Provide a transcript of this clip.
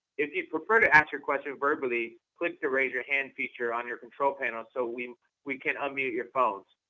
if you prefer to ask your question verbally, click the raise your hand feature on your control panel so we we can unmute your phone.